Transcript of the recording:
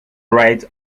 write